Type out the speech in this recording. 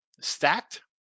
Stacked